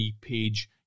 page